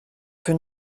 peu